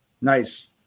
Nice